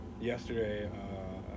yesterday